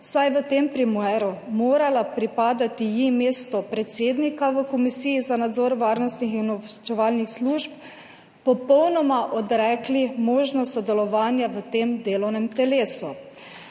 vsaj v tem primeru moralo pripadati mesto predsednika v Komisiji za nadzor varnostnih in obveščevalnih služb, popolnoma odrekli možnost sodelovanja v tem delovnem telesu.